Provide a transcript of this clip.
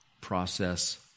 process